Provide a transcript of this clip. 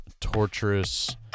torturous